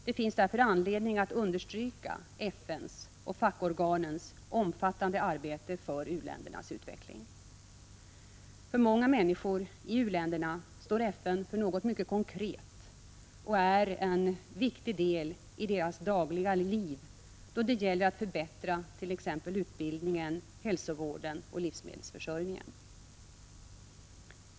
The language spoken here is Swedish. Det finns därför anledning att understryka FN:s och fackorganens omfattande arbete för u-ländernas utveckling. För många människor i u-länderna står FN för något mycket konkret och är en viktig del i deras dagliga liv då det gäller att förbättra t.ex. utbildningen, hälsovården och livsmedelsförsörjningen.